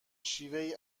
شیوهای